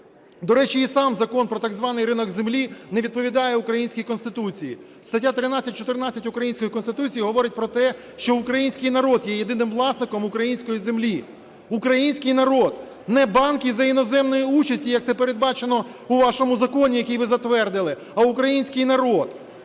До речі, і сам Закон про так званий ринок землі не відповідає українській Конституції. Статті 13, 14 української Конституції говорять про те, що Український народ є єдиним власником української землі. Український народ. Не банки за іноземної участі, як це передбачено у вашому законі, який ви затвердили, а Український народ.